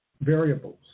variables